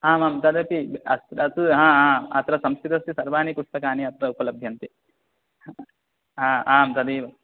आम् आम् तदपि हा हा अत्र संस्कृतस्य सर्वाणि पुस्तकानि अत्र उपलभ्यन्ते आम् तदेव